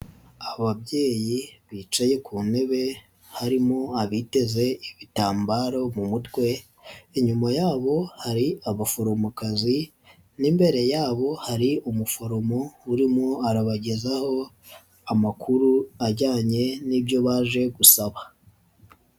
Ababyeyi bicaye ku ntebe harimo abiteze ibitambaro mu mutwe inyuma yabo hari abaforomokazi n'imbere yabo hari umuforomo urimo arabagezaho amakuru ajyanye n'ibyo baje gusaba.